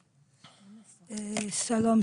שלום,